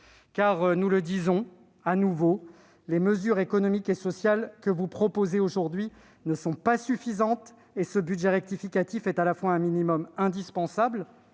car- nous l'affirmons de nouveau -, les mesures économiques et sociales que vous proposez aujourd'hui ne sont pas suffisantes. De fait, ce budget rectificatif constitue à la fois un minimum indispensable